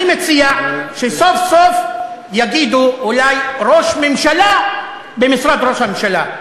אני מציע שסוף-סוף יגידו אולי: ראש ממשלה במשרד ראש הממשלה.